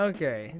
Okay